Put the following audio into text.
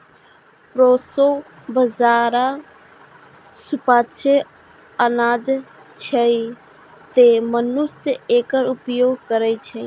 proso बाजारा सुपाच्य अनाज छियै, तें मनुष्य एकर उपभोग करै छै